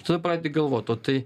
tada pradedi galvot o tai